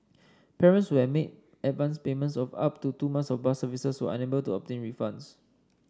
parents who had made advanced payments of up to two month of bus services were unable to obtain refunds